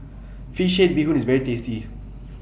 Fish Head Bee Hoon IS very tasty